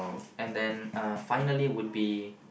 and then uh finally would be